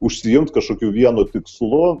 užsiimt kažkokiu vienu tikslu